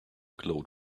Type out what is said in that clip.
glowed